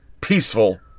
peaceful